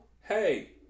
Hey